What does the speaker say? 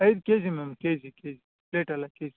ಐದು KG ma'am KG KG ಪ್ಲೇಟಲ್ಲ KG